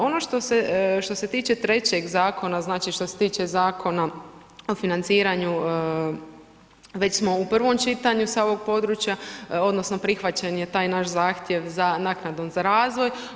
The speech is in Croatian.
Ono što se tiče 3. zakona, znači što se tiče Zakona o financiranju, već smo u prvom čitanju sa ovog područja, odnosno prihvaćen je taj naš zahtjev za naknadom za razvoj.